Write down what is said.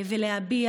להביע